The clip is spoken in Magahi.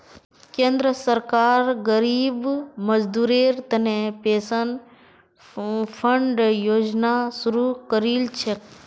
केंद्र सरकार गरीब मजदूरेर तने पेंशन फण्ड योजना शुरू करील छेक